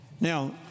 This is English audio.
Now